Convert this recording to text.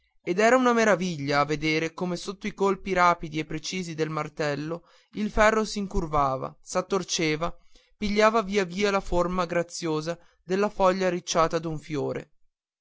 ed era una meraviglia a vedere come sotto ai colpi rapidi e precisi del martello il ferro s'incurvava s'attorceva pigliava via via la forma graziosa della foglia arricciata d'un fiore